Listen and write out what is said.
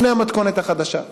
לפני המתכונת החדשה,